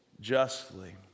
justly